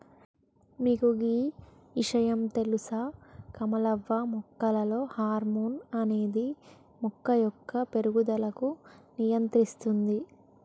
మీకు గీ ఇషయాం తెలుస కమలవ్వ మొక్కలలో హార్మోన్ అనేది మొక్క యొక్క పేరుగుదలకు నియంత్రిస్తుంది